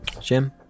Jim